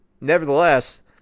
nevertheless